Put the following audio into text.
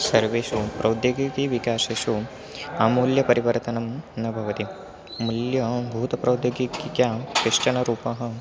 सर्वेषु प्रौद्योगिकीविकासेषु अमूल्यपरिवर्तनं न भवति मुल्यानां भूतप्रौद्योगिकिक्यां कश्चनरूपः